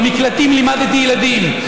במקלטים לימדתי ילדים,